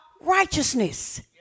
righteousness